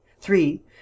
three